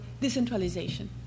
decentralization